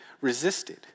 resisted